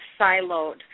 siloed